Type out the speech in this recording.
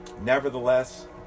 Nevertheless